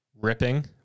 ripping